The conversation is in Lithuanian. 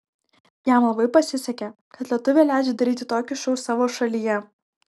jam labai pasisekė kad lietuviai leidžia daryti tokį šou savo šalyje